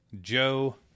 joe